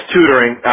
Tutoring